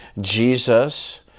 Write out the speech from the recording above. Jesus